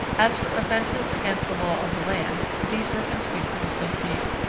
as for offences against the laws of the land these were conspicuously few.